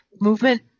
movement